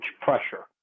pressure